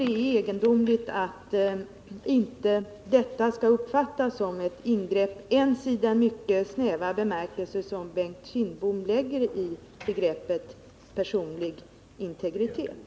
Det är egendomligt att detta inte uppfattas som ett ingrepp i den personliga integriteten, inte ens med Bengt Kindboms mycket snäva tolkning av begreppet.